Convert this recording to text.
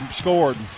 scored